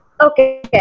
Okay